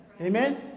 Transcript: Amen